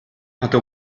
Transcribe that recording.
hatte